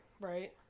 right